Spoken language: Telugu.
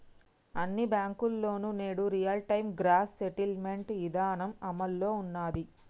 అన్ని బ్యేంకుల్లోనూ నేడు రియల్ టైం గ్రాస్ సెటిల్మెంట్ ఇదానం అమల్లో ఉన్నాది